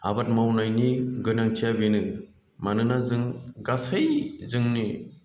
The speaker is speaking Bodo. आबाद मावनायनि गोनांथिया बेनो मानोना जों गासै जोंनि